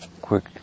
quick